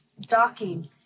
Docking